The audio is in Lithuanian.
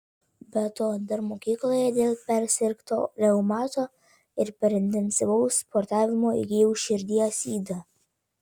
be to dar mokykloje dėl persirgto reumato ir per intensyvaus sportavimo įgijau širdies ydą